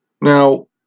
Now